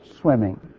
swimming